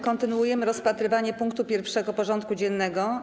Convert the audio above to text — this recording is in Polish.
Kontynuujemy rozpatrywanie punktu 1. porządku dziennego.